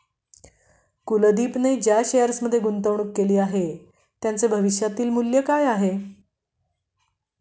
कुलदीपने ज्या शेअर्समध्ये गुंतवणूक केली आहे, त्यांचे भविष्यातील मूल्य काय आहे?